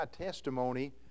testimony